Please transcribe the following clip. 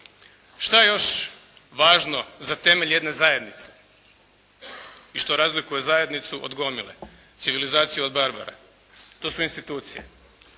Šta je još važno za temelj jedne zajednice i što razlikuje zajednicu od gomile, civilizaciju od barbara? To su institucije.